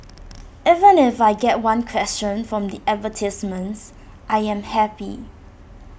even if I get one question from the advertisements I am happy